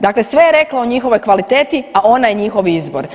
Dakle sve je rekla o njihovoj kvaliteti, a ona je njihov izbor.